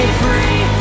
free